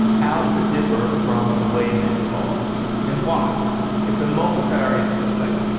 how does it differ from the way men talk and why it's a multifarious subject.